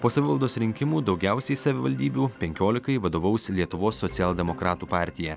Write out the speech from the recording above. po savivaldos rinkimų daugiausiai savivaldybių penkiolikai vadovaus lietuvos socialdemokratų partija